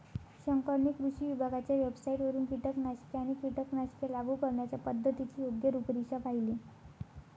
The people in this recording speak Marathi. शंकरने कृषी विभागाच्या वेबसाइटवरून कीटकनाशके आणि कीटकनाशके लागू करण्याच्या पद्धतीची योग्य रूपरेषा पाहिली